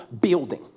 building